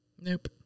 Nope